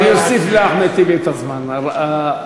אני אוסיף לאחמד טיבי את הזמן הנדרש.